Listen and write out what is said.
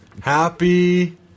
Happy